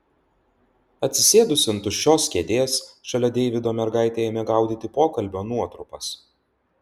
atsisėdusi ant tuščios kėdės šalia deivido mergaitė ėmė gaudyti pokalbio nuotrupas